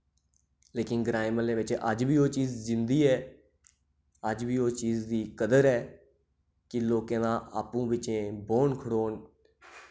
लेकिन ग्राएं म्हल्ले बिच अज्ज बी ओह् चीज जिन्दी ऐ अज्ज बी ओह् चीज दी कदर ऐ कि लोकें दा आपूं विच्चें बौह्न खड़ोन